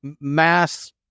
mass